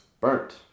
Burnt